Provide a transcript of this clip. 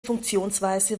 funktionsweise